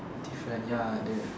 different ya the